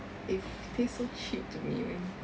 it tastes so cheap to me man